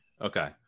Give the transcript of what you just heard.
Okay